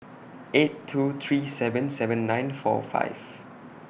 eight two three seven seven nine four five